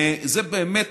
זה באמת,